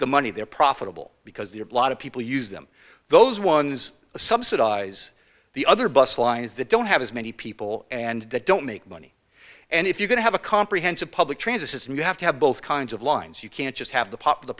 the money they're profitable because the a lot of people use them those ones subsidize the other bus lines that don't have as many people and that don't make money and if you can have a comprehensive public transit system you have to have both kinds of lines you can't just have the